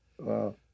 Wow